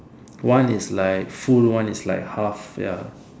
one is like full one is like half ya